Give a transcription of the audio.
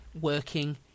working